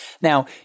Now